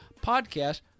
podcast